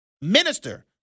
minister